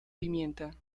pimienta